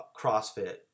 CrossFit